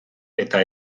eta